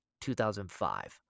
2005